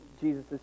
Jesus